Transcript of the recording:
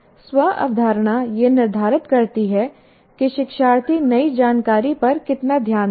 स्व अवधारणा यह निर्धारित करती है कि शिक्षार्थी नई जानकारी पर कितना ध्यान देगा